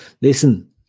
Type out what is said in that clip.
Listen